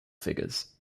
figures